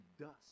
dust